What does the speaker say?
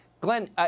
Glenn